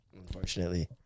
unfortunately